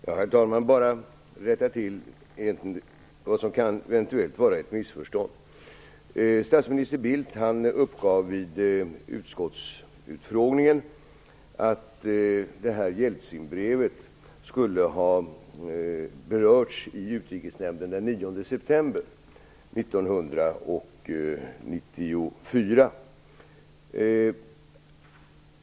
Herr talman! Jag vill bara rätta till vad som eventuellt kan vara ett missförstånd. Statsminister Bildt uppgav vid utskottsutfrågningen att Jeltsinbrevet skulle ha berörts i Utrikesnämnden den 9 september 1994.